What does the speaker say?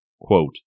quote